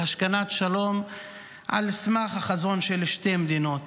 להשכנת שלום על סמך החזון של שתי מדינות.